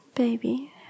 Baby